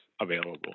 available